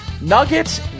Nuggets